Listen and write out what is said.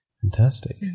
fantastic